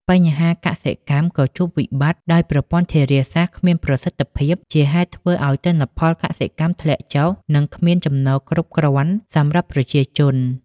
បញ្ជាកសិកម្ម ក៏ជួបវិបត្តិដោយប្រព័ន្ធធារាសាស្រ្តគ្មានប្រសិទ្ឋភាព ជាហេតុធ្វើឲ្យទិន្នផលកសិកម្មធ្លាក់ចុះ និងគ្មានចំណូលគ្រប់គ្រាន់សម្រាប់ប្រជាជន។